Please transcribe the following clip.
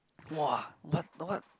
!wah! what what